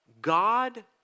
God